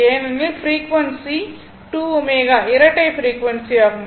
ஏனெனில் ஃப்ரீக்வன்சி 2 ω இரட்டை ஃப்ரீக்வன்சி ஆகும்